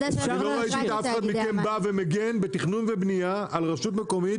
ראיתי שאף אחד מכם בא ומגן בתיכנון ובנייה על רשות מקומית,